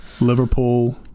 Liverpool